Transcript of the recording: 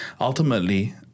Ultimately